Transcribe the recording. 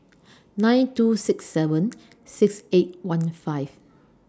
nine two six seven six eight one five